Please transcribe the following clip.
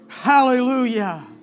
Hallelujah